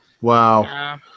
Wow